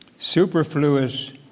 superfluous